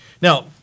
Now